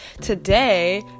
today